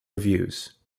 reviews